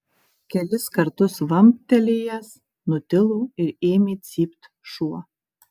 kelis kartus vamptelėjęs nutilo ir ėmė cypt šuo